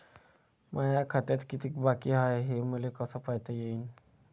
माया खात्यात कितीक बाकी हाय, हे मले कस पायता येईन?